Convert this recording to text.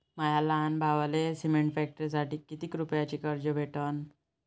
माया लहान भावाले सिमेंट फॅक्टरीसाठी कितीक रुपयावरी कर्ज भेटनं?